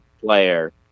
player